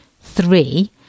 three